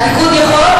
הליכוד יכול,